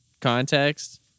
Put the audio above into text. context